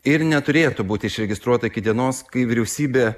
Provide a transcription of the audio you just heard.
ir neturėtų būt išregistruota iki dienos kai vyriausybė